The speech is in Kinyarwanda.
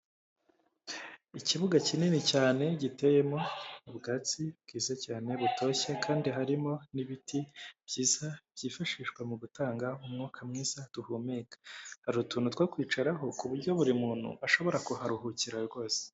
Ikibuga kinini cyane giteyemo ubwatsi bwiza cyane butoshye kandi harimo n'ibiti byiza byifashishwa mu gutanga umwuka mwiza duhumeka. Hari utuntu two kwicaraho kuburyo buri muntu ashobora kuharuhukira rwose.